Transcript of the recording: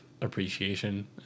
appreciation